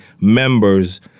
members